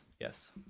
Yes